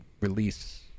release